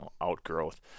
outgrowth